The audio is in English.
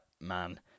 man